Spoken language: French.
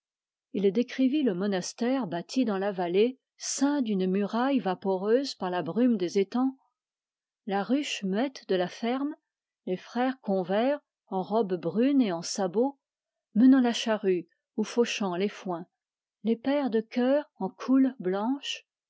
il décrivit le monastère bâti dans la vallée ceint d'une muraille vaporeuse par la brume des étangs la ruche muette de la ferme les frères convers en robe brune et en sabots menant la charrue ou fauchant les foins les pères de chœur en coule blanche